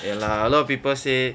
ya lah a lot of people say